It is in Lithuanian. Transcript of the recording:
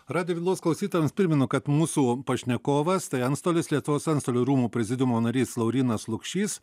radijo bylos klausytojams primenu kad mūsų pašnekovas tai antstolis lietuvos antstolių rūmų prezidiumo narys laurynas lukšys